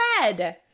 red